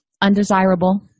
undesirable